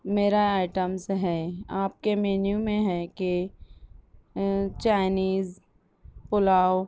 میرا آئیٹمس ہے آپ کے مینیو میں ہے کہ چائینیز پلاؤ